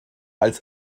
als